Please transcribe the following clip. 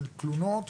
של תלונות,